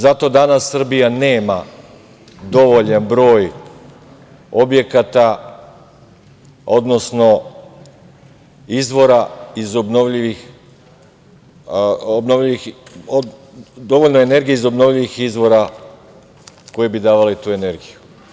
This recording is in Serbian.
Zato danas Srbija nema dovoljan broj objekata, odnosno dovoljno energije iz obnovljivih izvora koji bi davali tu energiju.